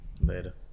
Later